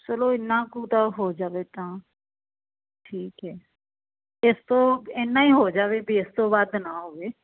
ਚਲੋ ਇਨਾ ਕੁ ਤਾਂ ਹੋ ਜਾਵੇ ਤਾਂ ਠੀਕ ਹੈ ਇਸ ਤੋਂ ਇਨਾ ਹੀ ਹੋ ਜਾਵੇ ਵੀ ਇਸ ਤੋਂ ਵੱਧ ਨਾ ਹੋਵੇ